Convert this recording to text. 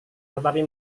tetapi